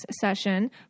session